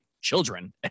children